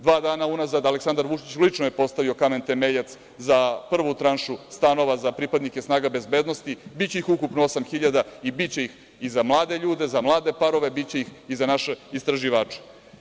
Dva dana unazad Aleksandar Vučić lično je postavio kamen temeljac za prvu tranšu stanova za pripadnike snaga bezbednosti, biće ih ukupno 8.000 i biće ih i za mlade ljude, za mlade parove, biće ih i za naše istraživače.